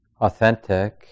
authentic